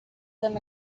than